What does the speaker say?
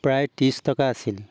প্ৰায় ত্ৰিছ টকা আছিল